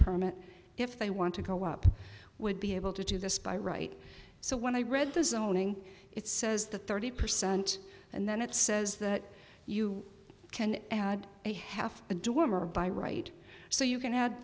permit if they want to go up would be able to do this by right so when i read the zoning it says the thirty percent and then it says that you can add a half a dormer by right so you can add